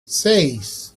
seis